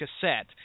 cassette